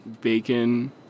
bacon